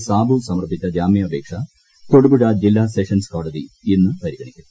ഡ്രാണ്ടു സമർപ്പിച്ച ജാമ്യാപേക്ഷ തൊടുപുഴ ജില്ലാ സെക്ഷൻസ് കോടിയി ഇ്ന്നു പരിഗണിക്കും